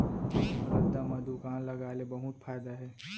रद्दा म दुकान लगाय ले बहुत फायदा हे